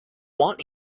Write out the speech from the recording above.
want